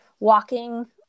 walking